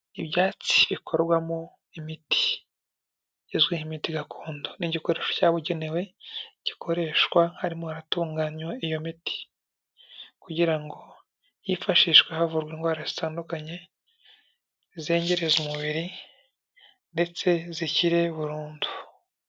Ibyatsi bikorwamo imiti izwi nk' imiti gakondo n'igikoresho cyabugenewe gikoreshwa harimo haratunganywa iyo miti kugira ngo hifashishwe havurwa indwara zitandukanye zizengereza umubiri ndetse zikire burundu .